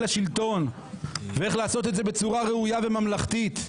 השלטון ואיך לעשות את זה בצורה ראויה וממלכתית.